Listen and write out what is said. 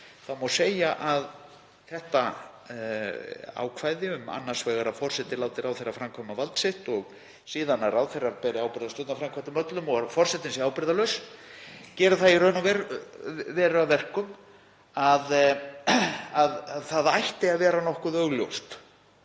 má segja að þetta ákvæði, annars vegar um að forseti láti ráðherra framkvæma vald sitt og síðan að ráðherrar beri ábyrgð á stjórnarframkvæmdum öllum og forseti sé ábyrgðarlaus, geri það í raun og veru að verkum að það ætti að vera nokkuð augljóst